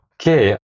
Okay